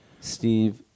Steve